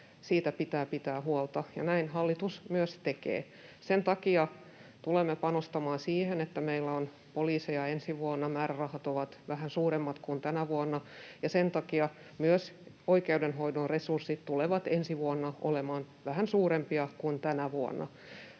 pitää pitää huolta, ja näin hallitus myös tekee. Sen takia tulemme panostamaan siihen, että meillä on poliiseja, ensi vuonna määrärahat ovat vähän suuremmat kuin tänä vuonna, ja sen takia myös oikeudenhoidon resurssit tulevat ensi vuonna olemaan vähän suurempia kuin tänä vuonna.